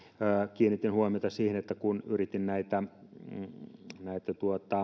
kiinnitin huomiota siihen että kun yritin näitä näitä